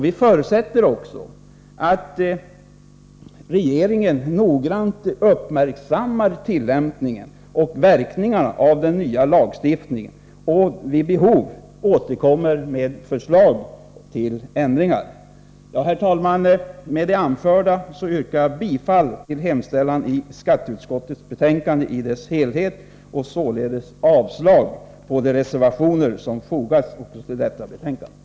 Vi förutsätter också att regeringen noggrant uppmärksammar tillämpningen och verkningarna av den nya lagstiftningen och vid behov återkommer med förslag till ändringar. Herr talman! Med det anförda yrkar jag bifall till hemställan i skatteutskottets betänkande 33 i dess helhet och avslag på de reservationer som fogats till detta betänkande.